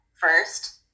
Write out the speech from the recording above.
first